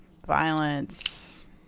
violence